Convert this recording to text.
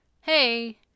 Hey